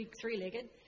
three-legged